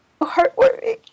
heartwarming